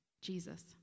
Jesus